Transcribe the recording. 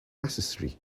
necessary